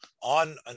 on